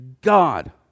God